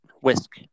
whisk